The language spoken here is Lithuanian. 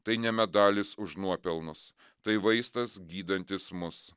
tai ne medalis už nuopelnus tai vaistas gydantis mus